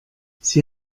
sie